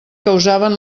causaven